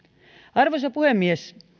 arvoisa puhemies